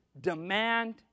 demand